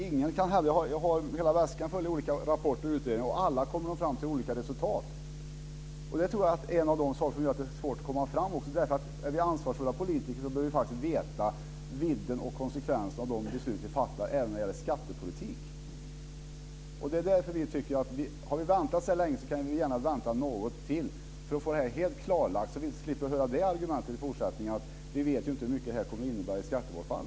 Jag har väskan full av rapporter och utredningar. Alla kommer de fram till olika resultat. Detta är en av de orsaker som gör att det är svårt att komma fram till något. Som ansvarsfulla politiker behöver vi veta vidden och konsekvenserna av de beslut vi fattar - även när det gäller skattepolitik. Har vi väntat så här länge, kan vi gärna vänta något till för att få detta helt klarlagt. Så slipper vi att i fortsättningen höra argumentet att vi inte vet vad detta kommer att innebära i skattebortfall.